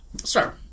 sir